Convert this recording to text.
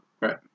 Right